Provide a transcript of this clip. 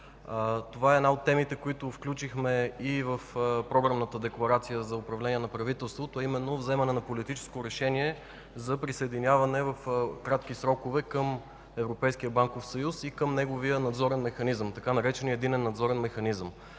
Това е една от темите, които включихме и в Програмната декларация за управление на правителството, а именно вземането на политическо решение за присъединяване в кратки срокове към Европейския банков съюз и неговия надзорен механизъм, така наречения „Единен надзорен механизъм”.